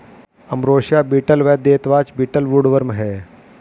ambrosia beetle व deathwatch beetle woodworm हैं